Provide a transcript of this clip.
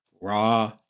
Raw